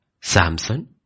Samson